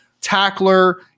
tackler